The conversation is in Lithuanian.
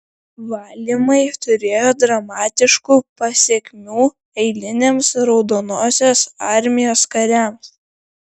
valymai turėjo dramatiškų pasekmių eiliniams raudonosios armijos kariams